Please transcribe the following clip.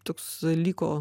toks liko